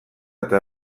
eta